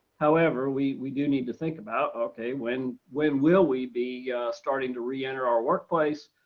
however we we do need to think about, okay when when will we be starting to reenter our workplace?